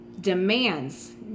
demands